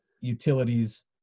utilities